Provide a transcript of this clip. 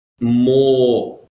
more